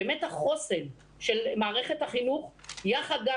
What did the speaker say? באמת החוסן של מערכת החינוך יחד גם